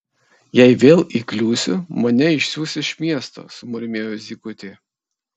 jei vėl įkliūsiu mane išsiųs iš miesto sumurmėjo zykutė